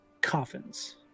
coffins